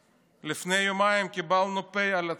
לפני יומיים קיבלנו פ' על הצעת חוק